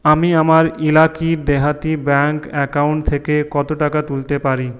আমি আমার ইলাকি দেহাতি ব্যাঙ্ক অ্যাকাউন্ট থেকে কত টাকা তুলতে পারি